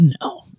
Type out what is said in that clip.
No